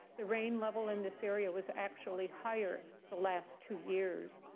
the rain level in this area was actually higher the last two years.